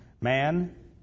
man